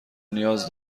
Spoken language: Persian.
نیاز